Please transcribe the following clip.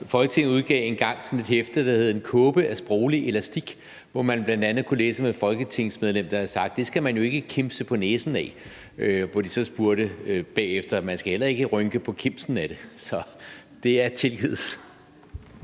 Folketinget udgav engang et hæfte, der hed »En kåbe af sproglig elastik«, hvor man bl.a. kunne læse om et folketingsmedlem, der havde sagt, at det skal man ikke kimse på næsen af. Så sagde de så bagefter: Man skal heller ikke rynke på kimsen af det. Så det er tilgivet.